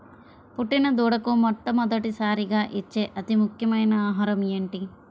పుట్టిన దూడకు మొట్టమొదటిసారిగా ఇచ్చే అతి ముఖ్యమైన ఆహారము ఏంటి?